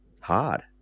hard